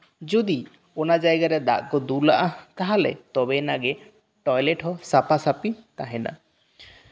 ᱡᱩᱫᱤ ᱚᱱᱟ ᱡᱟᱭᱜᱟ ᱨᱮ ᱫᱟᱜ ᱠᱚ ᱫᱩᱞᱟᱜᱼᱟ ᱛᱟᱞᱦᱮ ᱛᱚᱵᱮᱭᱮᱱᱟ ᱜᱮ ᱴᱚᱭᱞᱮᱴ ᱦᱚᱸ ᱥᱟᱯ ᱟᱼᱥᱟᱯᱤ ᱛᱟᱦᱮᱸᱱᱟ